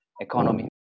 economy